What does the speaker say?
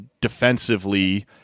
defensively